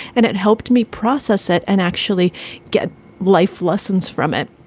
and it helped me process it and actually get life lessons from it.